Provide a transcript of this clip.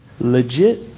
Legit